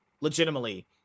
legitimately